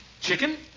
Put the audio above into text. Chicken